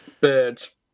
birds